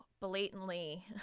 blatantly